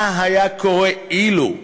מה היה קורה אילו?